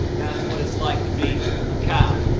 that's what it's like to be a cow,